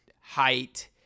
height